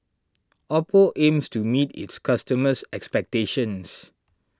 Oppo aims to meet its customers' expectations